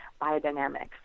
biodynamics